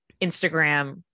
Instagram